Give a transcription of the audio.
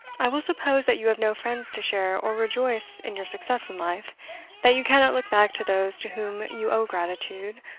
i will suppose that you have no friends to share or rejoice in your success in life that you cannot look back to those to whom you owe gratitude,